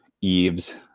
Eves